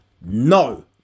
no